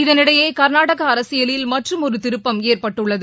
இதனிடையே கர்நாடக அரசியலில் மற்றுமொரு திருப்பம் ஏற்பட்டுள்ளது